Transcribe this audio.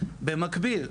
במקביל,